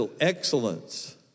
excellence